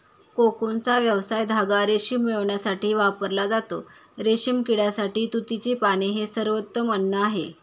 कोकूनचा व्यावसायिक धागा रेशीम मिळविण्यासाठी वापरला जातो, रेशीम किड्यासाठी तुतीची पाने हे सर्वोत्तम अन्न आहे